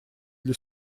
для